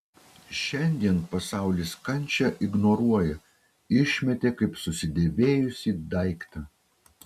šiandien pasaulis kančią ignoruoja išmetė kaip susidėvėjusį daiktą